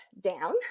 down